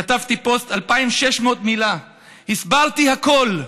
כתבתי פוסט, 2,600 מילה, הסברתי הכול.